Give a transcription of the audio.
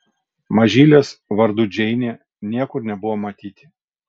mažylės vardu džeinė niekur nebuvo matyti